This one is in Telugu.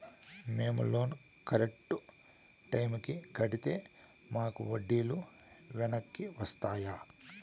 మేము లోను కరెక్టు టైముకి కట్టితే మాకు వడ్డీ లు వెనక్కి వస్తాయా?